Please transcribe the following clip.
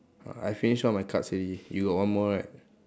I finish all my cards already you got one more right